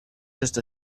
just